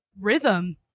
rhythm